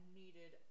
needed